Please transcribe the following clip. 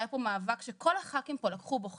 הייתה פה מאבק שכל הח"כים פה לקחו בו חלק.